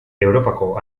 europako